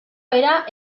era